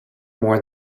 more